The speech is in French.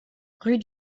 rue